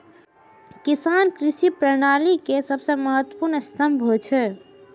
किसान कृषि प्रणाली के सबसं महत्वपूर्ण स्तंभ होइ छै